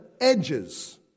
edges